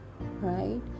right